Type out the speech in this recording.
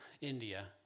India